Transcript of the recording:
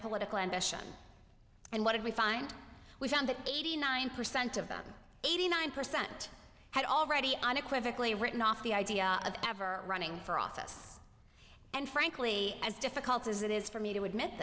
political ambition and what did we find we found that eighty nine percent of them eighty nine percent had already unequivocally written off the idea of never running for office and frankly as difficult as it is for me to admit